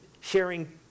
sharing